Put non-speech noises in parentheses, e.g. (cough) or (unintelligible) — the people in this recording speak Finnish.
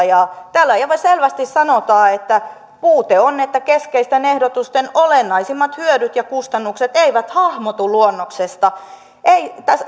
(unintelligible) ja täällä aivan selvästi sanotaan että puute on että keskeisten ehdotusten olennaisimmat hyödyt ja kustannukset eivät hahmotu luonnoksesta luonnosesityksestä ei